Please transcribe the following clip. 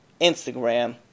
Instagram